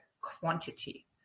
quantity